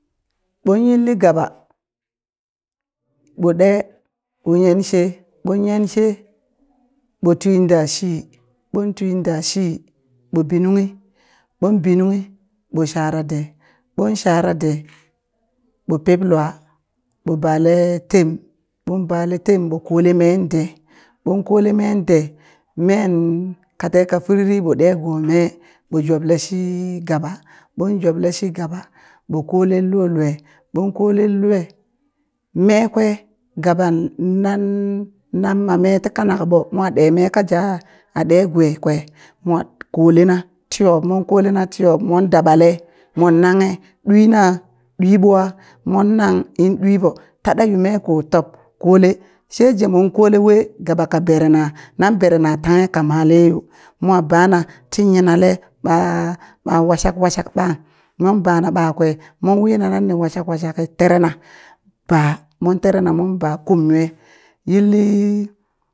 Ɓon yilli gaba ɓo ɗe ɓo yenshe ɓon yenshe ɓo twin da shi ɓon twin da shi ɓo bi nunghi ɓon bit nunghi ɓo shara ɗe ɓon shara ɗe ɓo pip lua, ɓo bale tem ɓon bale tem ɓo kole meen dee ɓon kole men ɗe men kate ka furiri ɓo ɗe go me ɓo joble shi gaba ɓon joble shi gaba ɓo kolen lo lue ɓon kolen lue me kwe gaba naan na ma me ti kanak ɓo. mwa ɗe me ka ja a ɗe gwe kwe mo kelena tiyon mon kolena tiyob mo daɓale mon nanghe ɗwina? ɗwiɓwa? mon nang in ɗwiɓo ta ɗe yu me ko tob kole sheje mon kole we gaba ka berena nan berena tanghe ka male yo mo bana ti yinale ɓa ɓa wasak wasak ɓang mon bana ɓa kwe mon wina nan ne wasa wasak terena ɓa mon terena mon ba kum nwe yilli